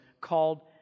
called